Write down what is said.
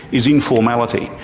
is informality.